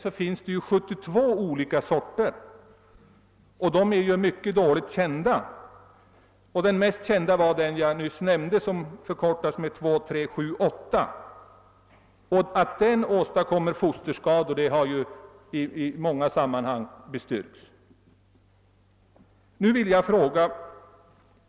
Det finns 72 olika sorter av dessa ämnen, och de är mycket dåligt kända. Den mest kända är den jag nyss nämnde, den som förkortas 2,3,7,8. Att den åstadkommer fosterskador har bestyrkts i många sammanhang.